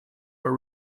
are